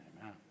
Amen